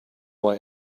why